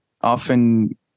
often